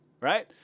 right